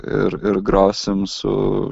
ir ir grosim su